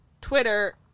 Twitter